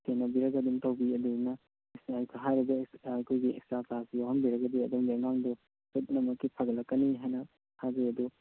ꯁꯦꯟꯅꯕꯤꯔꯒ ꯑꯗꯨꯝ ꯇꯧꯕꯤ ꯑꯗꯨꯅ ꯍꯥꯏꯔꯒꯦ ꯑꯩꯈꯣꯏꯒꯤ ꯑꯦꯛꯁꯇ꯭ꯔꯥ ꯀ꯭ꯂꯥꯁꯁꯤ ꯌꯥꯎꯍꯟꯕꯤꯔꯒꯗꯤ ꯑꯗꯣꯝꯒꯤ ꯑꯉꯥꯡꯗꯣ ꯁꯣꯏꯗꯅꯃꯛꯀꯤ ꯐꯒꯠꯂꯛꯀꯅꯤ ꯍꯥꯏꯅ ꯊꯥꯖꯩ ꯑꯗꯣ